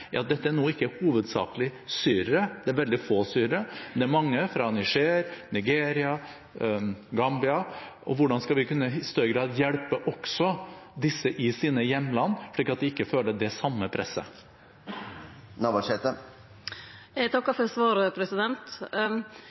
at dette nå ikke er hovedsakelig syrere. Det er veldig få syrere, men det er mange fra Niger, Nigeria og Gambia, og hvordan skal vi i større grad kunne hjelpe også disse i sine hjemland, slik at de ikke føler det samme presset? Eg takkar for svaret.